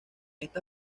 esta